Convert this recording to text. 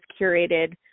curated